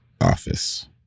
office